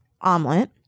omelet